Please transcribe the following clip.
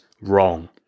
wrong